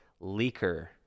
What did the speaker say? leaker